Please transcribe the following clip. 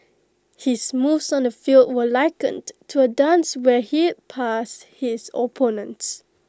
his moves on the field were likened to A dance where he'd past his opponents